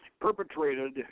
perpetrated